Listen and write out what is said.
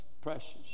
precious